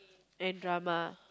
and drama